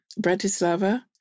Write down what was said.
Bratislava